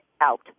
out